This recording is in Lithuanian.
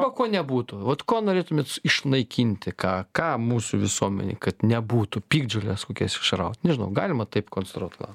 o ko nebūtų vot ko norėtumėt išnaikinti ką ką mūsų visuomenėj kad nebūtų piktžoles kokias išraut nežinau galima taip konstruot klau